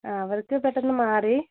ആ അവൾക്ക് പെട്ടെന്ന് മാറി